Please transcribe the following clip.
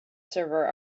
server